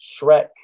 Shrek